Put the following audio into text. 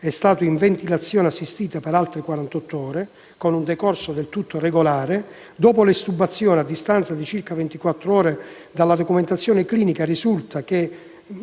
è stato in ventilazione assistita per 48 ore, con decorso del tutto regolare. Dopo l'estubazione, a distanza di circa 24 ore dalla documentazione clinica risultava